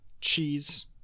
cheese